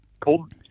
Cold